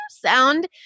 sound